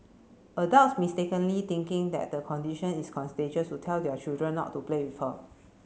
adults mistakenly thinking that the condition is contagious would tell their children not to play with her